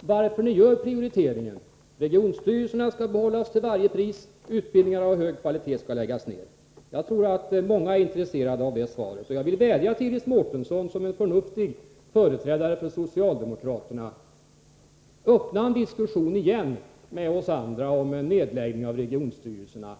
varför man gör denna prioritering: regionstyrelserna skall behållas till varje pris — utbildningar av hög kvalitet skall läggas ned. Jag tror att många är intresserade av ett svar på den frågan. Jag vill vädja till Iris Mårtensson, som en förnuftig företrädare för socialdemokraterna: Öppna en diskussion igen med oss andra om en nedläggning av regionstyrelserna.